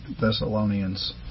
Thessalonians